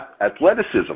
athleticism